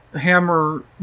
hammer